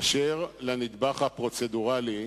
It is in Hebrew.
אשר לנדבך הפרוצדורלי,